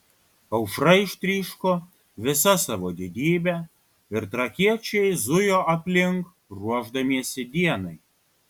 aušra ištryško visa savo didybe ir trakiečiai zujo aplink ruošdamiesi dienai